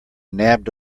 nabbed